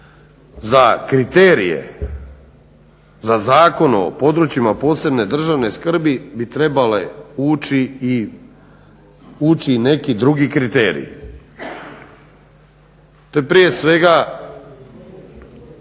za kriterije za Zakon o područjima posebne državne skrbi bi trebale ući i neki drugi kriteriji. To je prije svega